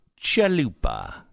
Chalupa